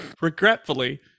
regretfully